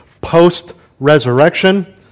post-resurrection